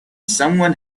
someone